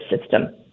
system